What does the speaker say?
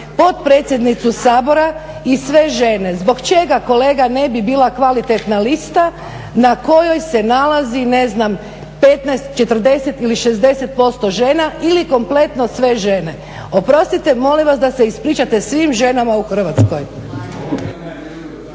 potpredsjednicu Sabora i sve žene. Zbog čega kolega ne bi bila kvalitetna lista na kojoj se nalazi ne znam 15, 40 ili 60% žena ili kompletno sve žene? Oprostite, molim vas da se ispričate svim ženama u Hrvatskoj.